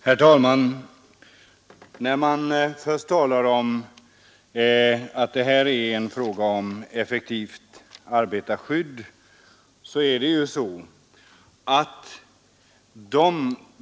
Herr talman! Det har här talats om att det gäller en fråga om effektivt arbetarskydd.